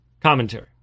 commentary